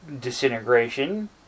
disintegration